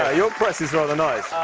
ah your press is rather nice.